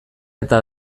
eta